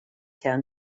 town